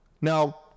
Now